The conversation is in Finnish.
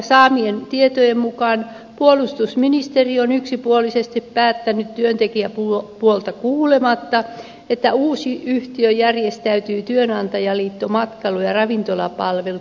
saamieni tietojen mukaan puolustusministeriö on yksipuolisesti päättänyt työntekijäpuolta kuulematta että uusi yhtiö järjestäytyy työnantajaliitto matkailu ja ravintolapalvelut maraan